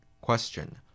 Question